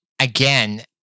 Again